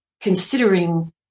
considering